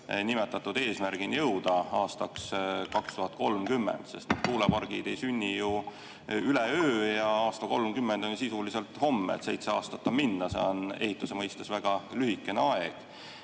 nimetatud eesmärgini jõuda aastaks 2030? Tuulepargid ei sünni üleöö ja aasta 2030 on sisuliselt homme. Seitse aastat on minna, see on ehituse mõistes väga lühikene aeg.